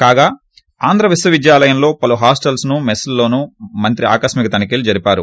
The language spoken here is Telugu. కాగా ఆంధ్ర విశ్వవిద్యాలయంలో పలు హాస్టల్స్ ను మెస్ లలో మంత్రి ఆకస్మిక్ తనికీలు జరిపారు